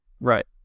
Right